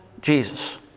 Jesus